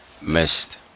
missed